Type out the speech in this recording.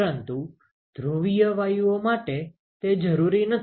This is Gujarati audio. પરંતુ ધ્રુવીય વાયુઓ માટે તે જરૂરી નથી